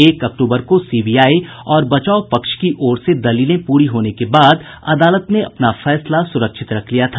एक अक्टूबर को सीबीआई और बचाव पक्ष की ओर से दलीलें पूरी होने के बाद अदालत ने फैसला सुरक्षित रख लिया था